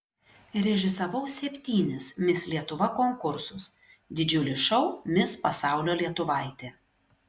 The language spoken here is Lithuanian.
režisavau septynis mis lietuva konkursus didžiulį šou mis pasaulio lietuvaitė